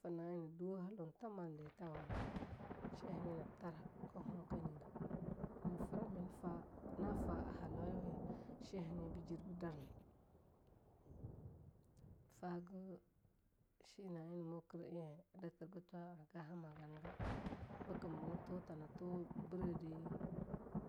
Mi foe na'ei na duwo tama de tawama, sheha nye nab tara hagen hoeka nyige. nya fural ne fa na fa na fa - a halauwawe shehamnye ba ji be darna, ne fage shina'ei na mokere ei a datirge twa hagen hamaganega bikem be ne toe thani toe birede